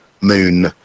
moon